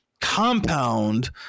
compound